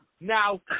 Now